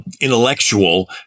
intellectual